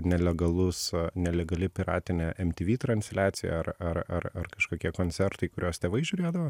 nelegalus nelegali piratinė mtv transliacija ar ar ar ar kažkokie koncertai kuriuos tėvai žiūrėdavo